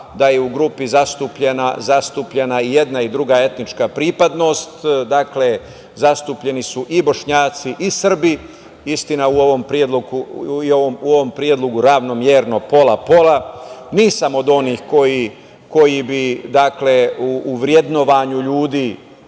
da je u grupi zastupljena jedna i druga etnička pripadnost. Dakle, zastupljeni su i Bošnjaci i Srbi, istina u ovom predlogu ravnomerno pola pola. Nisam od onih koji bi u vrednovanju ljudi